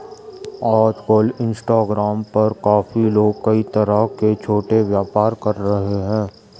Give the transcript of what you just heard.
आजकल इंस्टाग्राम पर काफी लोग कई तरह के छोटे व्यापार कर रहे हैं